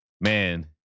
man